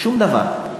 שום דבר,